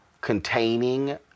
containing